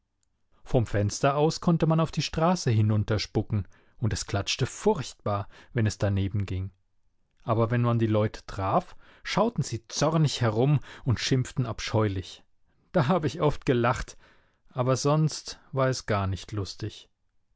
vom fenster aus konnte man auf die straße hinunterspucken und es klatschte furchtbar wenn es danebenging aber wenn man die leute traf schauten sie zornig herum und schimpften abscheulich da habe ich oft gelacht aber sonst war es gar nicht lustig